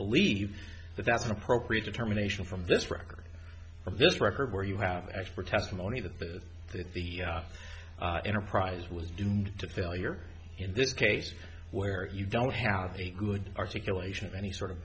believe that that's an appropriate determination from this record from this record where you have expert testimony that the that the enterprise was doomed to failure in this case where you don't have a good articulation of any sort of